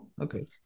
Okay